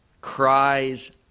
cries